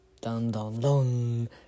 Dun-dun-dun